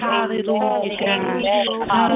Hallelujah